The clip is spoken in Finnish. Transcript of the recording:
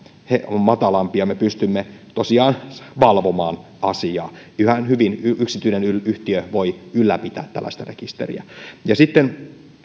matalampi ja me pystymme tosiaan valvomaan asiaa ihan hyvin yksityinen yhtiö voi ylläpitää tällaista rekisteriä sitten